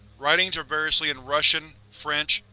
writings are variously in russian, french,